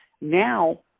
now